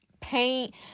paint